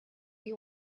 die